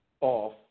off